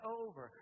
over